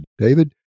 David